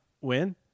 win